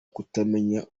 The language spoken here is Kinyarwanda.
kutamenya